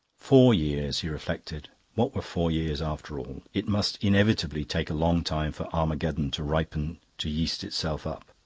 four years, he reflected what were four years, after all? it must inevitably take a long time for armageddon to ripen to yeast itself up.